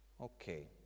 Okay